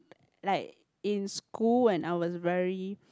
like in school when I was very